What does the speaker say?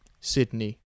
Sydney